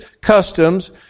customs